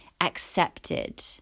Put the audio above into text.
accepted